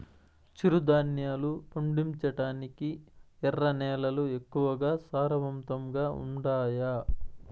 చిరుధాన్యాలు పండించటానికి ఎర్ర నేలలు ఎక్కువగా సారవంతంగా ఉండాయా